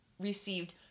received